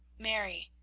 mary,